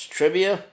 Trivia